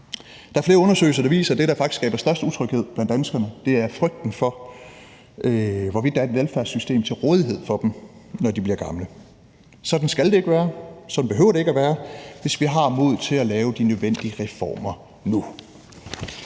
Der er flere undersøgelser, der viser, at det, der faktisk skaber størst utryghed blandt danskerne, er frygten for, at der ikke er et velfærdssystem til rådighed for dem, når de bliver gamle. Sådan skal det ikke være, sådan behøver det ikke at være, hvis vi har modet til at lave de nødvendige reformer nu.